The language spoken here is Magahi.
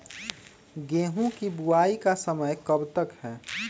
गेंहू की बुवाई का समय कब तक है?